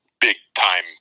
big-time